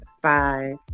Five